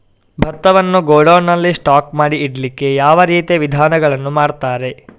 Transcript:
ಭತ್ತವನ್ನು ಗೋಡೌನ್ ನಲ್ಲಿ ಸ್ಟಾಕ್ ಮಾಡಿ ಇಡ್ಲಿಕ್ಕೆ ಯಾವ ರೀತಿಯ ವಿಧಾನಗಳನ್ನು ಮಾಡ್ತಾರೆ?